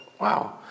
wow